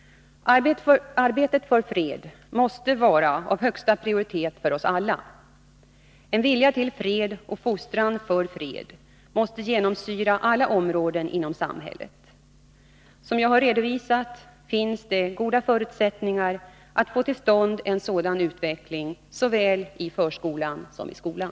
Arbetet för fred måste vara av högsta prioritet för oss alla. En vilja till fred och fostran för fred måste genomsyra alla områden inom samhället. Som jag har redovisat finns det goda förutsättningar att få till stånd en sådan utveckling i såväl förskolan som skolan.